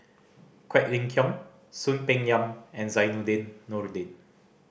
Quek Ling Kiong Soon Peng Yam and Zainudin Nordin